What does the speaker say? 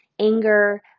anger